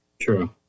True